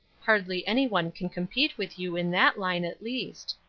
hardly any one can compete with you in that line, at least.